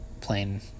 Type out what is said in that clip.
plain